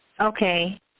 Okay